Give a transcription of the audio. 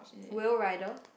Will-Rider